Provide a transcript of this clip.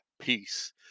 peace